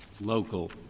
local